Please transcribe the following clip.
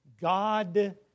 God